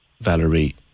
Valerie